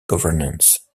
governance